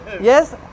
Yes